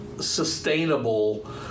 sustainable